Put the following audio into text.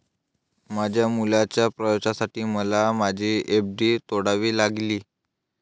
माझ्या मुलाच्या प्रवेशासाठी मला माझी एफ.डी तोडावी लागली